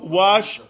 wash